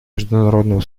международного